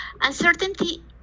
uncertainty